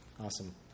Awesome